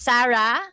Sarah